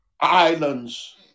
islands